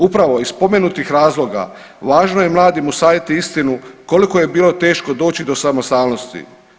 Upravo iz spomenutih razloga važno je mladim usadit istinu koliko je bilo teško doći do samostalnosti.